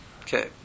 Okay